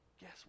Guess